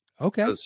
Okay